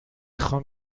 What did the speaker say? خوام